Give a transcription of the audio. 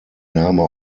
name